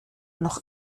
noch